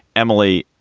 emily.